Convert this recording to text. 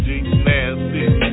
nasty